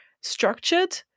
structured